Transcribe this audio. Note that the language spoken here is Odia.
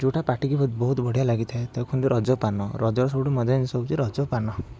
ଯେଉଁଟା ପାଟିକୁ ବ ବହୁତ ବଢ଼ିଆ ଲାଗିଥାଏ ତାକୁ କୁହନ୍ତି ରଜପାନ ରଜର ସବୁଠୁ ମଜା ଜିନିଷ ହେଉଛି ରଜପାନ